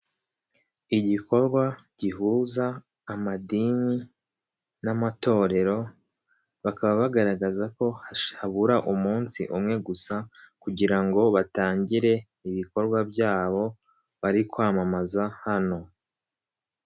Igikorwa gihuza amadini n'amatorero, bakaba bagaragaza ko habura umunsi umwe gusa kugira ngo batangire ibikorwa byabo bari kwamamaza hano.